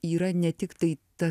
yra ne tiktai ta